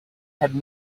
had